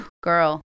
girl